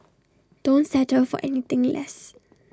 don't settle for anything less